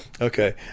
Okay